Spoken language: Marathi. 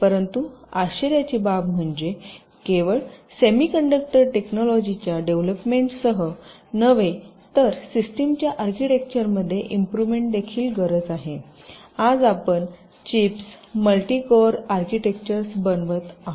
परंतु आश्चर्याची बाब म्हणजे केवळ सेमीकंडक्टर टेकनॉलॉजिच्या डेव्हलोपमेंटसह नव्हे तर सिस्टमच्या आर्किटेक्चरमध्ये इम्प्रुव्हमेंट देखील निड आहे आज आपण चिप्स मल्टी कोर आर्किटेक्चर्स बनवित आहोत